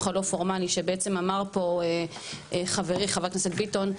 הבלתי פורמלי שבעצם אמר פה חברי חבר הכנסת ביטון,